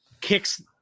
kicks